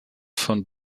von